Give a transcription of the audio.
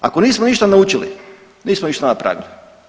Ako nismo ništa naučili nismo ništa napravili.